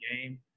game